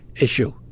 issue